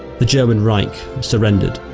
the german reich surrendered